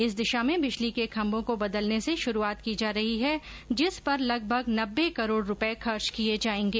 इस दिशा में बिजली के खम्बों को बदलने से शुरूआत की जा रही है जिस पर लगभग नब्बे करोड़ रूपए खर्च किए जाएंगे